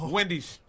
Wendy's